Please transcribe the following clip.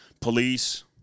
Police